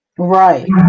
Right